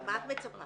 את מצפה,